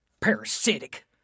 parasitic